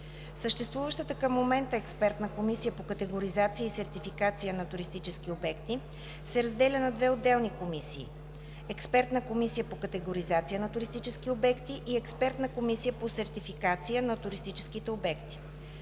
Съществуващата към момента Експертна комисия по категоризация и сертификация на туристически обекти се разделя на две отделни комисии: Експертна комисия по категоризация на туристически обекти и Експертна комисия по сертификация на туристически обекти.